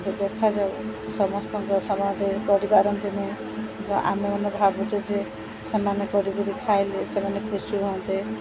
ଦେଖାଯାଉ ସମସ୍ତଙ୍କ ସମୟ ଦେଇ କରିପାରନ୍ତିନି କି ଆମେମାନେ ଭାବୁଛୁ ଯେ ସେମାନେ କରି କରି ଖାଇଲେ ସେମାନେ ଖୁସି ହୁଅନ୍ତେ